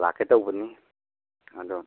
ꯂꯥꯛꯀꯦ ꯇꯧꯕꯅꯤ ꯑꯗꯣ